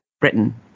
Britain